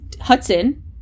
hudson